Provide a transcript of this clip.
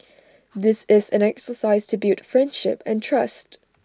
this is an exercise to build friendship and trust